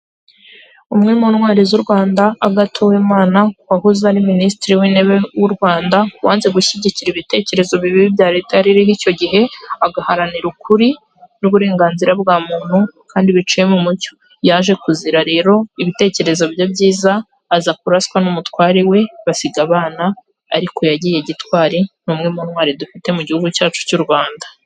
Umwe mu ntwari z'u Rwanda Agathe UWIMANA, wahoze ari minisitiri w'intebe w'u Rwanda wanze gushyigikira ibitekerezo bibi bya leta yaririho icyo gihe agaharanira ukuri n'uburenganzira bwa muntu kandi biciye mu mucyo, yaje kuzira rero ibitekerezo bye byiza aza kuraswa n'umutware we basiga abana ariko yagiye gitwari, ni umwe mu ntwari dufite mu gihugu cyacu cy'u Rwanda.